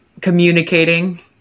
communicating